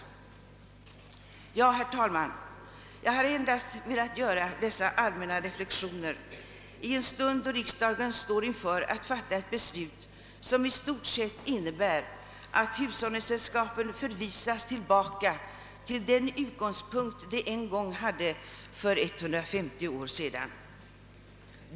Herr talman! Jag har endast velat göra dessa allmänna reflexioner i en stund då riksdagen står inför ett beslut som i stort sett innebär att hushållningssällskapen förvisas tillbaka till den utgångspunkt som de en gång hade för 150 år sedan.